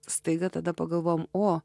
staiga tada pagalvojam o